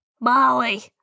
Molly